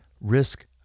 risk